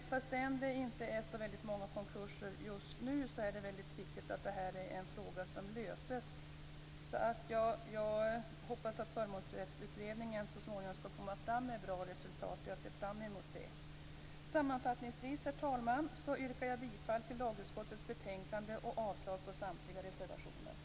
Fastän det inte är så väldigt många konkurser just nu är det väldigt viktigt att frågan löses. Jag hoppas att Förmånsrättsutredningen så småningom skall komma fram till ett bra resultat. Jag ser fram mot det. Sammanfattningsvis, herr talman, yrkar jag bifall till lagutskottets hemställan och avslag på samtliga reservationer.